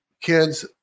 kids